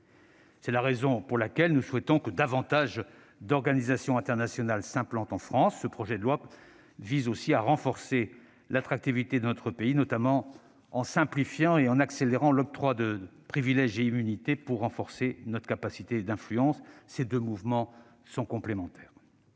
C'est la raison pour laquelle nous souhaitons que davantage d'organisations internationales s'implantent en France. Ce projet de loi vise donc aussi à renforcer l'attractivité de notre pays, notamment en simplifiant et en accélérant l'octroi des privilèges et immunités, pour renforcer notre capacité d'influence. Ces deux mouvements sont complémentaires.